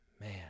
man